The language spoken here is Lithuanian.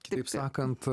kitaip sakant